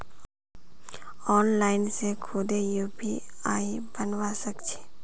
online से खुदे UPI बनवा सक छी